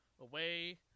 away